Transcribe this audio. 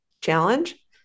Challenge